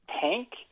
tank